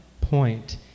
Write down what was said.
point